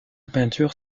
peinture